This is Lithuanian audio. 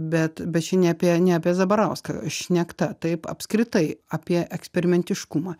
bet bet čia ne apie ne apie zabarauską šnekta taip apskritai apie eksperimentiškumą